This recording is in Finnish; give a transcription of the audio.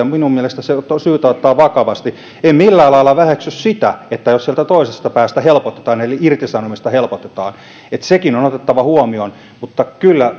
minun mielestäni se on syytä ottaa vakavasti en millään lailla väheksy sitä jos sieltä toisesta päästä helpotetaan eli irtisanomista helpotetaan ja sekin on otettava huomioon mutta kyllä